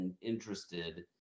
interested